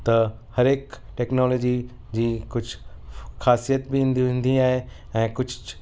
त हर हिकु टेक्नोलॉजी जी कुझु ख़ासियत बि ईंदी ईंदी आहे ऐं कुझु